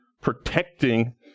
protecting